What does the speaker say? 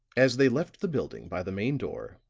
as they left the building by the main door,